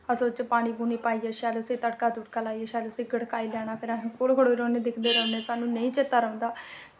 शैल उस च पानी पाइयै शैल तड़का लाइयै शैल उस्सी गड़काई लैना शैल उसगी ते फिर अस खड़ौते दे जे रौह्ने सानूं नेईं चेता रौंह्दा